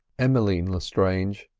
emmeline lestrange,